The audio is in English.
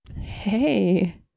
Hey